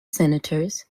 senators